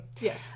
Yes